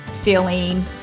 feeling